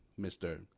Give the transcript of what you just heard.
Mr